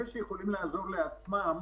אלה שיכולים לעזור לעצמם